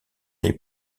les